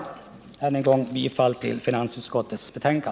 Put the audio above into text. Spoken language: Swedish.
Herr talman! Än en gång yrkar jag bifall till finansutskottets hemställan.